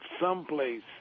someplace